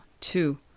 two